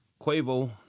Quavo